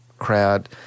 crowd